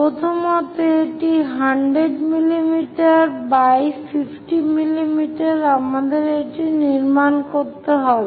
প্রথমত এটি 100 mm 50 mm আমাদের এটি নির্মাণ করতে হবে